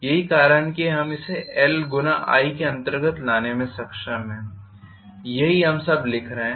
यही कारण है कि हम इसे L गुना i के अंतर्गत लाने में सक्षम हैं यही हम सब लिख रहे हैं